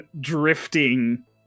drifting